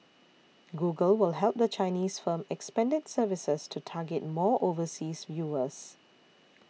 google will help the Chinese firm expand its services to target more overseas viewers